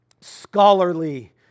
scholarly